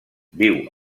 viu